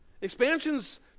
expansions